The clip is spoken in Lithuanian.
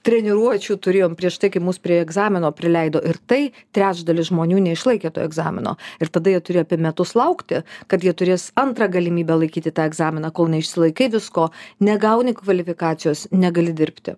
treniruočių turėjom prieš tai kai mus prie egzamino prileido ir tai trečdalis žmonių neišlaikė to egzamino ir tada jie turėjo apie metus laukti kad jie turės antrą galimybę laikyti tą egzaminą kol neišsilaikai visko negauni kvalifikacijos negali dirbti